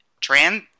trans